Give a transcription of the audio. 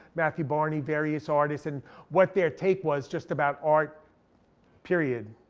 matthew barney, various artists, and what their take was just about art period.